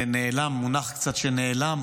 שאולי קצת נעלם